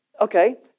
okay